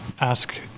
ask